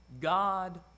God